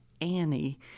Annie